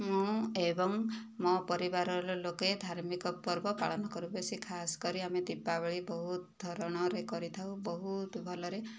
ମୁଁ ଏବଂ ମୋ ପରିବାରର ଲୋକେ ଧାର୍ମିକ ପର୍ବ ପାଳନ କରୁ ବେଶି ଖାସ କରି ଆମେ ଦୀପାବଳି ବହୁତ ଧାରଣରେ କରିଥାଉ ବହୁତ ଭଲରେ